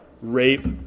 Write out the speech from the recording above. rape